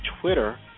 Twitter